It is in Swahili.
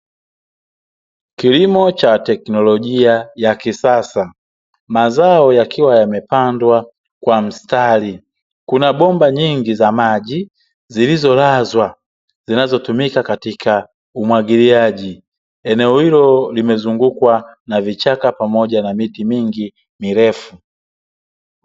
Kilimo cha teknolojia ya kisasa, Mazao yakiwa yamepandwa kwa mstari, kuna bomba nyingi za maji, zilizolazwa zinazotumika katika umwagiliaji. Eneo hilo limezungukwa na vichaka pamoja na miti mingi mirefu.